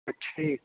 ਅੱਛਾ ਜੀ